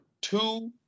two